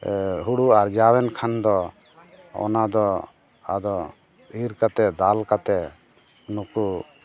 ᱦᱩᱲᱩ ᱟᱨᱡᱟᱣᱮᱱ ᱠᱷᱟᱱ ᱫᱚ ᱚᱱᱟᱫᱚ ᱟᱫᱚ ᱤᱨ ᱠᱟᱛᱮᱫ ᱫᱟᱞ ᱠᱟᱛᱮᱫ ᱱᱩᱠᱩ